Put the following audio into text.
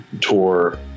tour